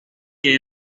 que